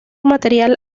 material